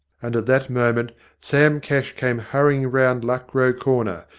and at that moment sam cash came hurrying round luck row corner,